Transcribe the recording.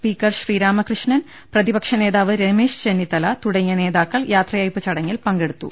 speaker Sreeramakrishnan പ്രതിപക്ഷനേതാവ് Ramesh Chennithala തുടങ്ങിയ നേതാക്കൾ യാത്രയയപ്പ് ചടങ്ങിൽ പങ്കെടുത്തു